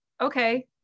okay